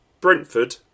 Brentford